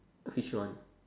which one